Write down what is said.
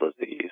disease